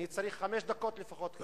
אני צריך חמש דקות לפחות.